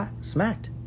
smacked